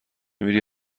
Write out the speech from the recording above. میری